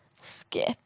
Skip